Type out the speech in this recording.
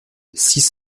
six